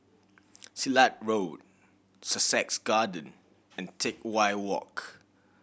Silat Road Sussex Garden and Teck Whye Walk